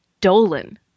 Dolan